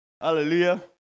Hallelujah